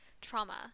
trauma